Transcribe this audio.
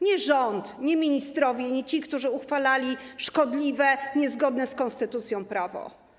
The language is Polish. Nie rząd, nie ministrowie, nie ci, którzy uchwalali szkodliwe, niezgodne z konstytucją prawo.